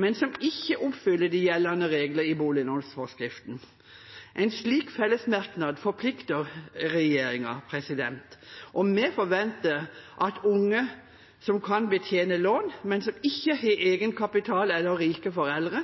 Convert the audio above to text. men som ikke oppfyller de gjeldende reglene i boliglånsforskriften. En slik felles merknad forplikter regjeringen, og vi forventer at unge som kan betjene lån, men som ikke har egenkapital eller rike foreldre,